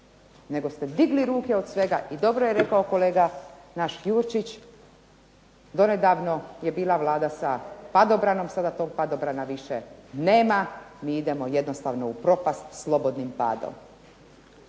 Nego ste digli ruke od svega. I dobro je rekao kolega naš Jurčić donedavno je bila Vlada sa padobranom, sada toga padobrana više nema, mi idemo jednostavno u propast slobodnim padom.